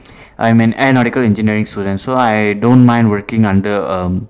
I'm an aeronautical engineering student so I don't mind working under um